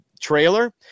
trailer